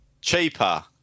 cheaper